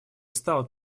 стал